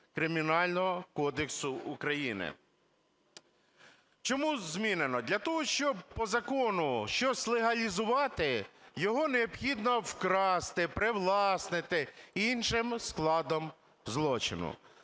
Кримінального кодексу України. Чому змінено? Для того, щоб по закону щось легалізувати, його необхідно вкрасти, привласнити іншим складом злочину.